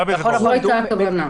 גבי, זה ברור.